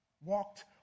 walked